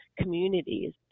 communities